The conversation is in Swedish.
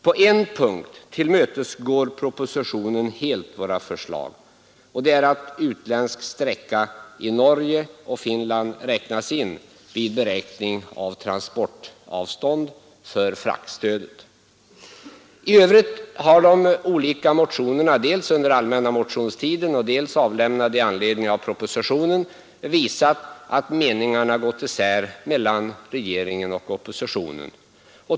På en punkt tillmötesgår propositionen helt våra förslag. Och det är att utländsk sträcka i Norge och Finland räknas in vid beräkning av transportavstånd för fraktstödet. I övrigt har de olika motionerna, avlämnade dels under den allmänna motionstiden, dels i anledning av propositionen, visat att meningarna gått isär mellan regeringen och oppositionen.